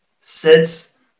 sits